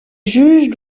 juges